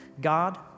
God